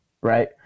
Right